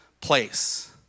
place